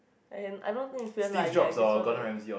as in I don't think you fierce lah you like just want to